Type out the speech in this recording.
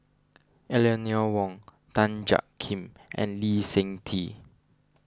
Eleanor Wong Tan Jiak Kim and Lee Seng Tee